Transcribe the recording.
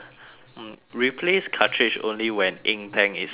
replace cartridge only when ink tank is empty